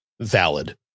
valid